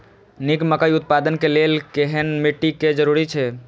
निक मकई उत्पादन के लेल केहेन मिट्टी के जरूरी छे?